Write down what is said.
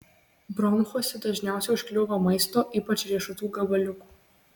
bronchuose dažniausiai užkliūva maisto ypač riešutų gabaliukų